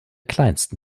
kleinsten